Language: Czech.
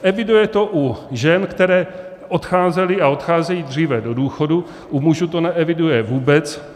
Eviduje to u žen, které odcházely a odcházejí dříve do důchodu, u mužů to neeviduje vůbec.